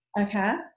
okay